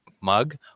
mug